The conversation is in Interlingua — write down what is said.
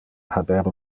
haber